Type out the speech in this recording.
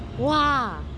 !wah!